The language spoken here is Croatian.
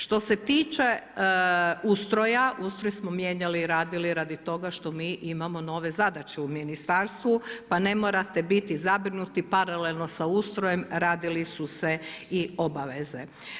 Što se tiče ustroja, ustroj smo mijenjali, radili radi toga što mi imamo nove zadaće u ministarstvu pa ne morate biti zabrinuti, paralelno sa ustrojem radile su se i obaveze.